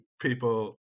people